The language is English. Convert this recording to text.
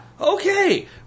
okay